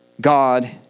God